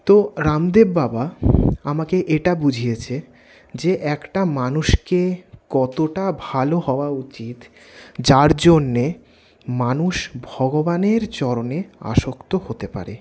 তো রামদেব বাবা আমাকে এটা বুঝিয়েছে যে একটা মানুষকে কতটা ভালো হওয়া উচিত যার জন্যে মানুষ ভগবানের চরণে আসক্ত হতে পারে